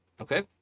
okay